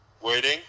Waiting